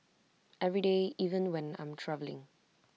every day even when I'm travelling